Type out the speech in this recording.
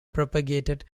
propagated